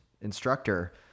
instructor